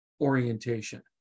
orientation